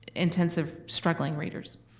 intensive struggling readers.